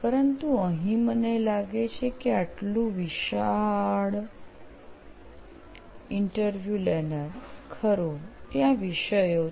પરંતુ અહીં મને લાગે છે કે આટલું વિશાળ ઈન્ટરવ્યુ લેનાર ખરું ત્યાં વિષયો છે